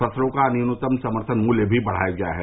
फसलों का न्यूनतम समर्थन मूल्य भी बढ़ाया गया है